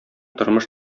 тормыш